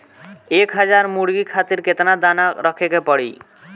एक हज़ार मुर्गी खातिर केतना दाना रखे के पड़ी?